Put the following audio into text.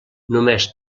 només